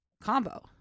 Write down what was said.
Combo